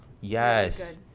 yes